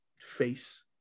face